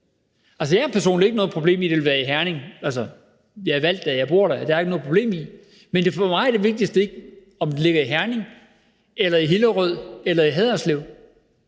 Jeg har personligt ikke noget problem med, at det skulle være i Herning. Jeg er valgt der, og jeg bor der, så det har jeg ikke noget problem med, men for mig er det vigtigste ikke, om den ligger i Herning, i Hillerød eller i Haderslev.